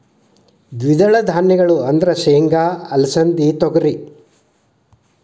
ದ್ವಿದಳ ಧಾನ್ಯಗಳು ಅಂದ್ರ ಸೇಂಗಾ, ಅಲಸಿಂದಿ, ತೊಗರಿ